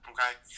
Okay